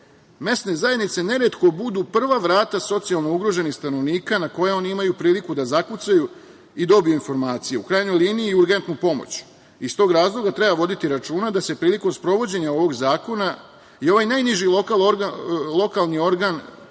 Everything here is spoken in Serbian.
zajednice neretko budu prva vrata socijalno ugroženih stanovnika na koje oni imaju priliku da zakucaju i dobiju informaciju, u krajnjoj liniji i urgentnu pomoć. Iz tog razloga treba voditi računa da se prilikom sprovođenja ovog zakona i ovaj najniži lokalni organ